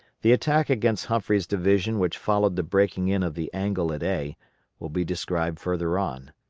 the attack against humphreys' division which followed the breaking in of the angle at a will be described further on.